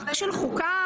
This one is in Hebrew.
מסכים.